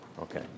Okay